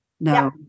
no